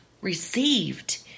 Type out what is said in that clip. received